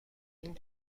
این